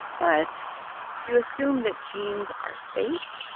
but if you assume that genes are fate,